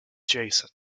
jason